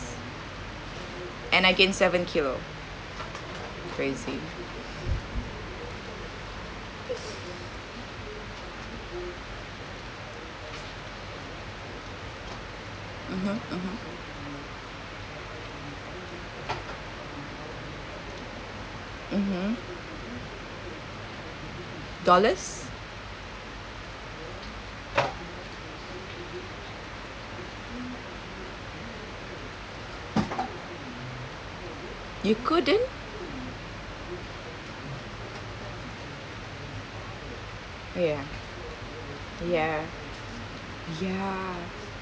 and I gain seven kilo crazy mmhmm mmhmm mmhmm dollars you couldn't ya ya ya